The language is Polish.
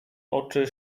oczy